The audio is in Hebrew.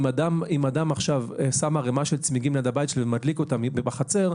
אם אדם עכשיו שם ערימה של צמיגים ליד הבית שלו ומדליק אותה בחצר,